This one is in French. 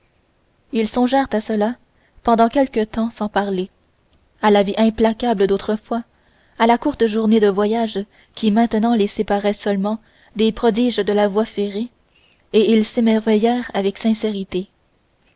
ils songèrent à cela pendant quelque temps sans parler à la vie implacable d'autrefois à la courte journée de voyage qui maintenant les séparait seulement des prodiges de la voie ferrée et ils s'émerveillèrent avec